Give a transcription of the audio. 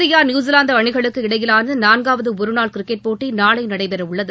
India New Zealand அணிகளுக்கு இடையிலான நான்காவது ஒருநாள் கிரிக்கெட் போட்டி நாளை நடைபெற உள்ளது